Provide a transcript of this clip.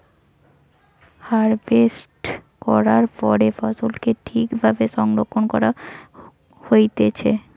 harvest করার পরে ফসলকে ঠিক ভাবে সংরক্ষণ করা হতিছে